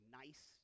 nice